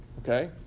Okay